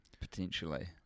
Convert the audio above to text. potentially